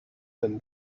than